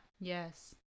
Yes